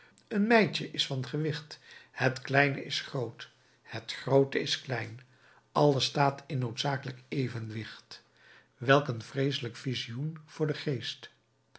een mijtje is van gewicht het kleine is groot het groote is klein alles staat in noodzakelijk evenwicht welk een vreeselijk visioen voor den geest